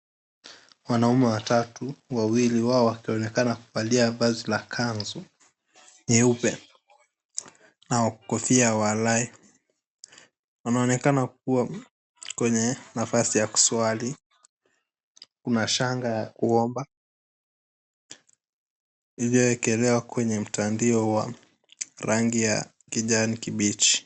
Wanaume watatu, wawili wao wakionekana kuvalia vazi la kanzu nyeupe. Na kofia walai anaonekana kuwa kwenye nafasi ya kuswali. Kuna shanga ya kuomba, iliyowekelewa kwenye mtandio wa rangi ya kijani kibichi.